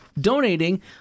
donating